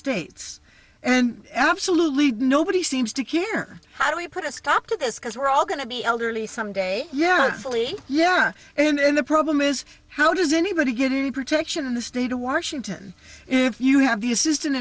states and absolutely nobody seems to care how do we put a stop to this because we're all going to be elderly some day yet fully young and in the problem is how does anybody get any protection in the state of washington if you have the assistant